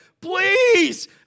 please